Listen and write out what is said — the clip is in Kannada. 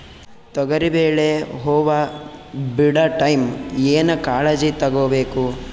ತೊಗರಿಬೇಳೆ ಹೊವ ಬಿಡ ಟೈಮ್ ಏನ ಕಾಳಜಿ ತಗೋಬೇಕು?